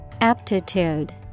Aptitude